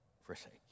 forsake